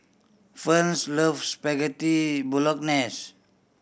loves Spaghetti Bolognese